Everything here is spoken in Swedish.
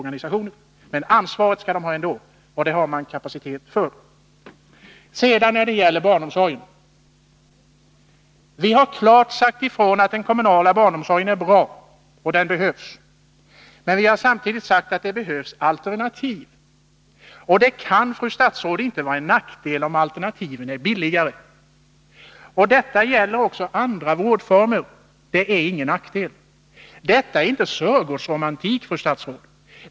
Ansvaret skall dessa känna ändå, och det har de kapacitet att göra. När det gäller barnomsorgen har vi klart sagt ifrån att den kommunala barnomsorgen är bra och behövs. Men vi har samtidigt sagt att det behövs alternativ. Och det kan, fru statsråd, inte vara en nackdel om alternativen är billigare. Detta gäller också andra vårdformer — det är ingen nackdel. Detta är inte sörgårdsromantik, fru statsråd!